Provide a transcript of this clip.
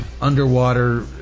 underwater